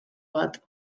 bat